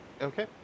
Okay